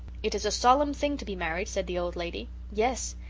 it is a solemn thing to be married said the old lady. yes,